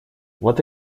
вот